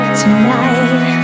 tonight